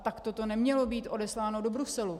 Takto to nemělo být odesláno do Bruselu.